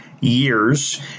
years